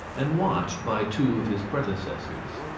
and watched by two of his predecessors.